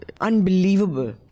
unbelievable